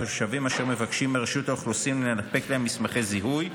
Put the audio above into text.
תושבים המבקשים מרשות האוכלוסין לנפק להם מסמכי זיהוי,